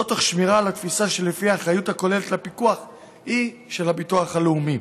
תוך שמירה על התפיסה שלפיה האחריות הכוללת לפיקוח היא של הביטוח הלאומי.